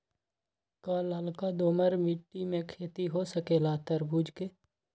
का लालका दोमर मिट्टी में खेती हो सकेला तरबूज के?